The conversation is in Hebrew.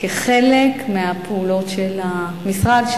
כחלק מהפעולות של המשרד.